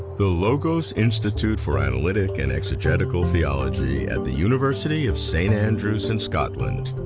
the logos institute for analytic and exegetical theology at the university of st. andrews in scotland.